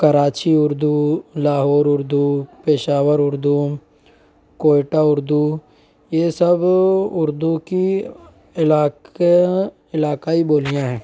کراچی اردو لاہور اردو پیشاور اردو کوئٹہ اردو یہ سب اردو کی علاقے علاقائی بولیاں ہیں